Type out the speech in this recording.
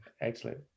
excellent